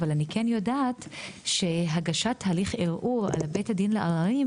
אבל אני כן יודעת שהגשת הליך ערעור לבית הדין לערערים